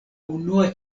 unua